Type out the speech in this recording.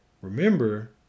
remember